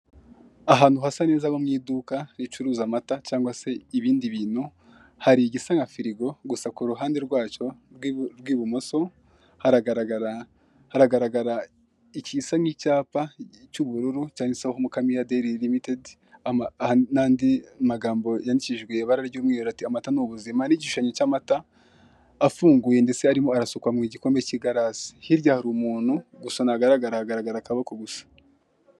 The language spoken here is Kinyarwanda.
Ahantu hasa neza nko mu iduka ricuruza amata cyangwa se ibindi bintu, hari igisa na firigo, gusa ku ruhande rwacyo rw'ibumoso haragaragara igisa nk'icyapa cy'ubururu, cyanditseho mukamira dayari rimitedi, n'andi magambo yandikishijwe ibara ry'umweru, ati " amata ni ubuzima", n'igishushanyo cy'amata afunguye ndetse arimo arasukwa (arabuganizwa) mu igikombe cy'ikirahure( glass). Hirya hari umuntu gusa ntagaragara, aragaragara akaboko gusa.